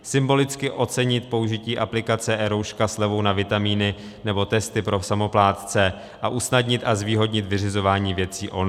Symbolicky ocenit použití aplikace eRouška slevou na vitamíny nebo testy pro samoplátce a usnadnit a zvýhodnit vyřizování věcí online.